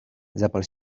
zapal